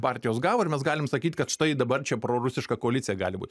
partijos gavo ir mes galim sakyt kad štai dabar čia prorusiška koalicija gali būt